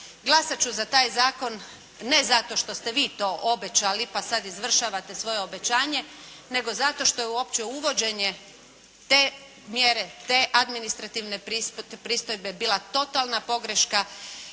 Glasat ću za taj zakon ne zato što ste vi to obećali pa sad izvršavate svoje obećanje, nego zato što je uopće uvođenje te mjere, te administrativne pristojbe bila totalna pogreška